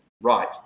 right